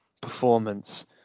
performance